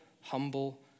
humble